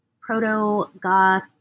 proto-Goth